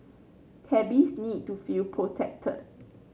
cabbies need to feel protected